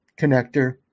connector